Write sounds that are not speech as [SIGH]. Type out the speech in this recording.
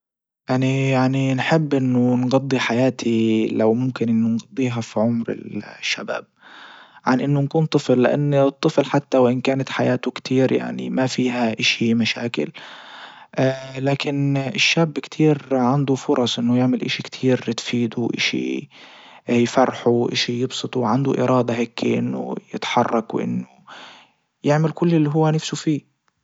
اني يعني نحب انه نجضي حياتي لو ممكن انه نجضيها في عمر الشباب عن انه نكون طفل لان الطفل حتى وان كانت حياته كتير يعني ما فيها اشي مشاكل [HESITATION] لكن الشاب كتير عنده فرص انه يعمل اشي كتير تفيده اشي يفرحوا اشي يبسطوا وعنده ارادة هيكي انه يتحرك وانه يعمل كل اللي هو نفسه فيه.